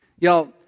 Y'all